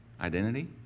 identity